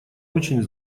очень